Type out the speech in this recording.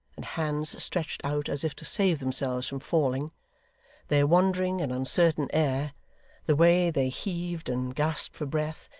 and hands stretched out as if to save themselves from falling their wandering and uncertain air the way they heaved and gasped for breath,